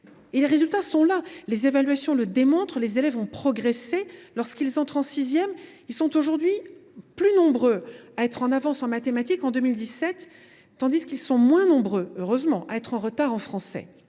Les résultats sont là. Les évaluations montrent que les élèves ont progressé : lorsqu’ils entrent en sixième, ils sont aujourd’hui plus nombreux à être en avance en mathématiques qu’en 2017, tandis qu’ils sont moins nombreux, heureusement, à être en retard en français,